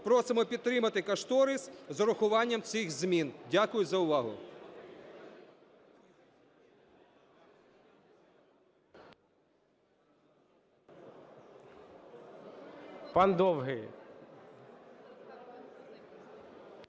просимо підтримати кошторис з врахуванням цих змін. Дякую за увагу.